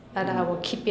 mm